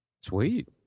Sweet